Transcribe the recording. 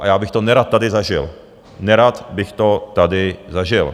A já bych to nerad tady zažil, nerad bych to tady zažil.